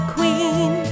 Queen